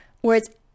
whereas